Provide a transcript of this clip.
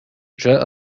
جاء